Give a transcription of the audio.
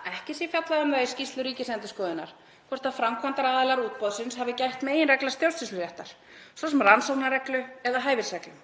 að ekki sé fjallað um það í skýrslu Ríkisendurskoðunar hvort framkvæmdaraðilar útboðsins hafi gætt meginreglna stjórnsýsluréttar, svo sem rannsóknarreglu eða hæfisreglum,